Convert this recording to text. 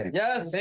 yes